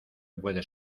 puedes